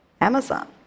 Amazon